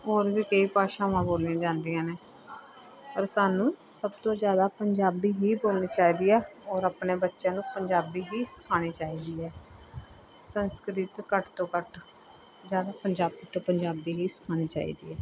ਔਰ ਵੀ ਕਈ ਭਾਸ਼ਾਵਾਂ ਬੋਲੀਆਂ ਜਾਂਦੀਆਂ ਨੇ ਪਰ ਸਾਨੂੰ ਸਭ ਤੋਂ ਜ਼ਿਆਦਾ ਪੰਜਾਬੀ ਹੀ ਬੋਲਣੀ ਚਾਹੀਦੀ ਹੈ ਔਰ ਆਪਣੇ ਬੱਚਿਆਂ ਨੂੰ ਪੰਜਾਬੀ ਹੀ ਸਿਖਾਉਣੀ ਚਾਹੀਦੀ ਹੈ ਸੰਸਕ੍ਰਿਤ ਘੱਟ ਤੋਂ ਘੱਟ ਜ਼ਿਆਦਾ ਪੰਜਾਬੀ ਤੋਂ ਪੰਜਾਬੀ ਹੀ ਸਿਖਾਉਣੀ ਚਾਹੀਦੀ ਹੈ